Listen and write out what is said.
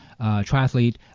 triathlete